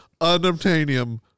unobtainium